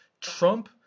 Trump